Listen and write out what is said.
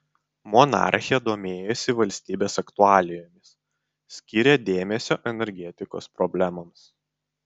monarchė domėjosi valstybės aktualijomis skyrė dėmesio energetikos problemoms